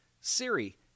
Siri